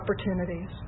opportunities